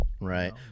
Right